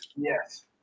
Yes